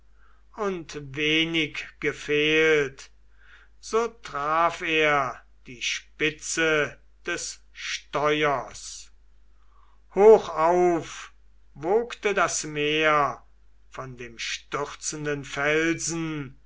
und wenig gefehlt so traf er die spitze des steuers hochauf wogte das meer von dem stürzenden felsen